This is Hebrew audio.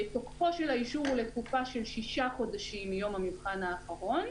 תוקפו של האישור הוא לתקופה של שישה חודשים מיום המבחן האחרון,